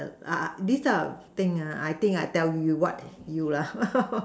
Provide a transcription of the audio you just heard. uh this type of thing ah I think I tell you what is you lah